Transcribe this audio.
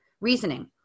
reasoning